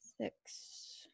six